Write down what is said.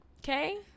Okay